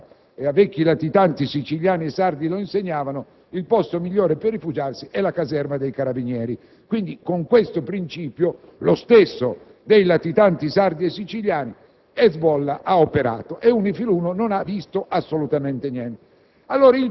se riesce a dare in tempi necessari un'azione politica che possa modificare le ragioni per le quali UNIFIL è intervenuta. Altrimenti la missione UNIFIL 2 diventerà la copia di UNIFIL 1, che ricordo essere in quelle zone dal 1978